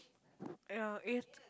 ya